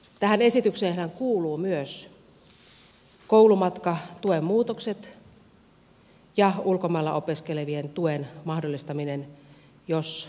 tähän esitykseenhän kuuluvat myös koulumatkatuen muutokset ja ulkomailla opiskelevien tuen mahdollistaminen jos opiskelijalla on kiinteät siteet suomeen